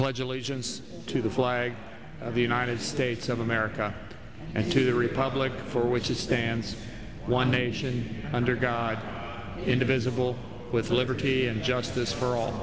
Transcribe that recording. pledge allegiance to the flag of the united states of america and to the republic for which it stands one nation under god indivisible with liberty and justice for all